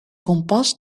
kompas